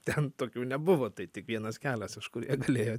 ten tokių nebuvo tai tik vienas kelias iš kur jie galėjo